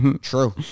True